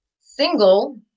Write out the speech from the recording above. single